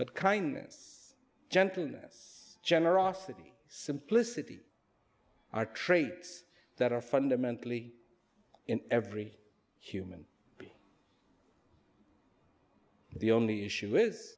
but kindness gentleness generosity simplicity are traits that are fundamentally in every human but the only issue is